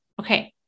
Okay